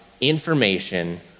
information